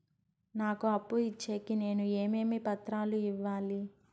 నాకు అప్పు ఇచ్చేకి నేను ఏమేమి పత్రాలు ఇవ్వాలి